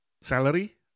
salary